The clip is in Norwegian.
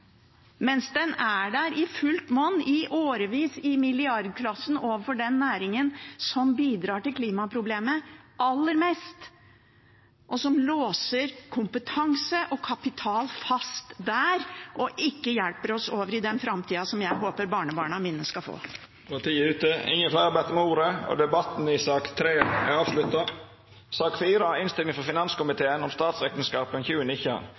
mens den er der i fullt monn – i årevis og i milliardklassen – overfor den næringen som bidrar aller mest til klimaproblemet, og som låser kompetanse og kapital fast der og ikke hjelper oss over i den framtida som jeg håper barnebarna mine skal få. Fleire har ikkje bedt om ordet til sak nr. 3. Ingen har bedt om ordet.